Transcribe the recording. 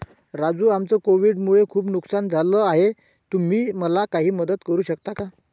राजू आमचं कोविड मुळे खूप नुकसान झालं आहे तुम्ही मला काही मदत करू शकता का?